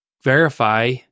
Verify